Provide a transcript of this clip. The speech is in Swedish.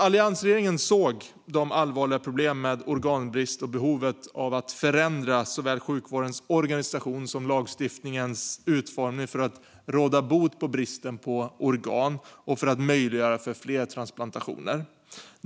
Alliansregeringen såg de allvarliga problemen med organbrist och behovet av att förändra såväl sjukvårdens organisation som lagstiftningens utformning för att råda bot på bristen på organ och för att möjliggöra fler transplantationer.